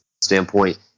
standpoint